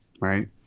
Right